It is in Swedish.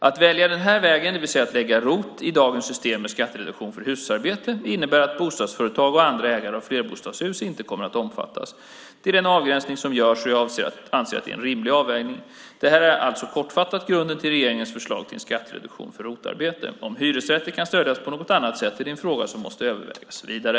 Att välja den här vägen, det vill säga att lägga till ROT i dagens system med skattereduktion för hushållsarbete, innebär att bostadsföretag och andra ägare av flerbostadshus inte kommer att omfattas. Det är den avgränsning som görs, och jag anser att det är en rimlig avvägning. Det här är alltså, kortfattat, grunden till regeringens förslag om en skattereduktion för ROT-arbete. Om hyresrätter kan stödjas på något annat sätt är en fråga som måste övervägas vidare.